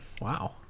Wow